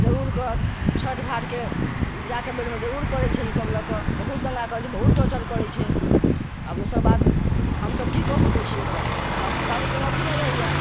जरूर करत छठि घाट के जाके बेर मे जरूर करै छै ईसब लए क बहुत दंगा करै छै बहुत टॉर्चर करै छै आब दोसर बात हमसब की कऽ सकै छियै ओकरा हमरासबके पास त कोनो अथी नै रहैया